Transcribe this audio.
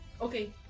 Okay